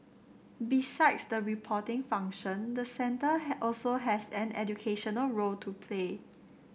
besides the reporting function the centre also has an educational role to play